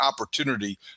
opportunity